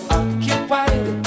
occupied